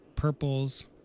purples